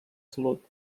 salut